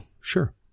sure